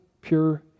pure